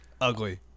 ugly